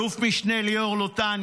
אלוף משנה ליאור לוטן,